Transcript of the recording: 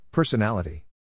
Personality